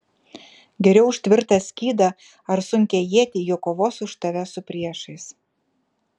geriau už tvirtą skydą ar sunkią ietį ji kovos už tave su priešais